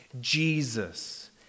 Jesus